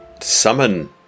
summon